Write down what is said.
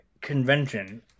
convention